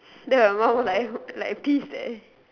then my mom was like like pissed eh